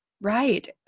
Right